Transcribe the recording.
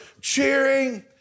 cheering